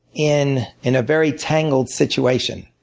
in in a very tangled situation.